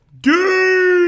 Dude